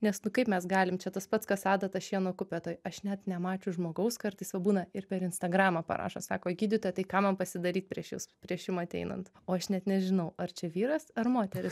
nes nu kaip mes galim čia tas pats kas adata šieno kupetoj aš net nemačius žmogaus kartais o būna ir per instagramą parašo sako gydytoja tai ką man pasidaryt prieš jus prieš jum ateinant o aš net nežinau ar čia vyras ar moteris